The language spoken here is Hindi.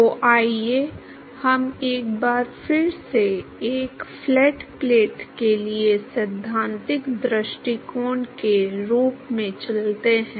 तो आइए हम एक बार फिर से एक फ्लैट प्लेट के लिए सैद्धांतिक दृष्टिकोण के रूप में चलते हैं